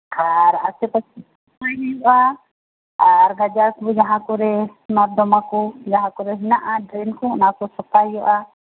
ᱟᱨ ᱟᱥᱮ ᱯᱟᱥᱮ ᱜᱟᱡᱟᱲ ᱠᱚ ᱡᱟᱦᱟᱸ ᱠᱚᱨᱮ ᱱᱚᱨᱫᱚᱢᱟ ᱠᱚ ᱡᱟᱦᱟᱸ ᱠᱚᱨᱮ ᱢᱮᱱᱟᱜᱼᱟ ᱰᱨᱮᱱ ᱠᱚ ᱥᱟᱯᱷᱟᱭ ᱦᱩᱭᱩᱜᱼᱟ